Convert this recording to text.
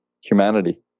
humanity